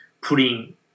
putting